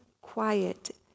quiet